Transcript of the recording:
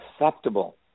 acceptable